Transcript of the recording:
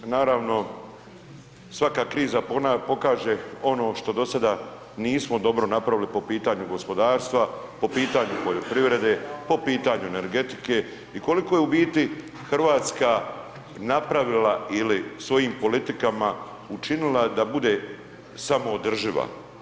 Naravno, svaka kriza pokaže ono što dosada nismo dobro napravili po pitanju gospodarstva, po pitanju poljoprivrede, po pitanju energetike i koliko je u biti RH napravila ili svojim politikama učinila da bude samoodrživa.